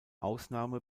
ausnahme